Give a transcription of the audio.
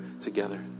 together